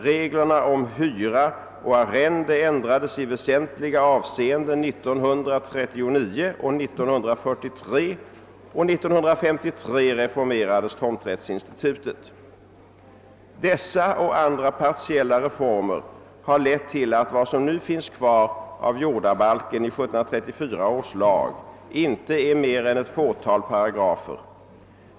Reglerna om hyra och arrende ändrades i väsentliga avseenden 1939 och 1943, och 1953 reformerades tomträttsinstitutet. Dessa och andra partiella reformer har lett till att vad som nu finns kvar av jordabalken i 1734 års lag inte är mer än ett fåtal paragrafer.